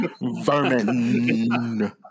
vermin